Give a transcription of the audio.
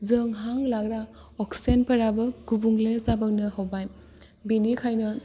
जों हां लाग्रा अक्सिजेनफोराबो गुबुंले जाबोनो हमबाय बिनिखायनो